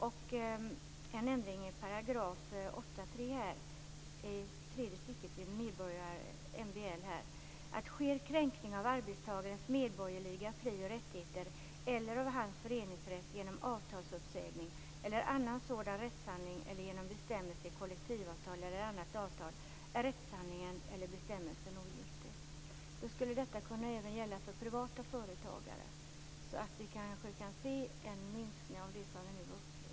En ändring i 8 § tredje stycket i MBL skulle kunna lyda: Sker kränkning av arbetstagarens medborgerliga fri och rättigheter eller av hans föreningsrätt genom avtalsuppsägning eller annan sådan rättshandling eller genom bestämmelse i kollektivavtal eller annat avtal, är rättshandlingen eller bestämmelsen ogiltig. Detta skulle även kunna gälla för privata företagare. Då kunde vi kanske se en minskning av det vi nu har upplevt.